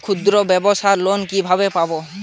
ক্ষুদ্রব্যাবসার লোন কিভাবে পাব?